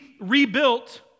rebuilt